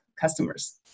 customers